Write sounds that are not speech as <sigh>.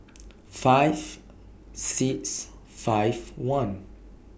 <noise> five six five one